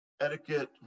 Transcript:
etiquette